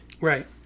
Right